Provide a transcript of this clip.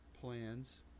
plans